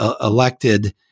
elected